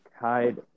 hide